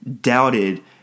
doubted